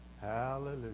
hallelujah